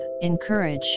encourage